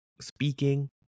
speaking